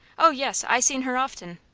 oh, yes, i seen her often.